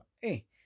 Hey